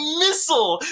missile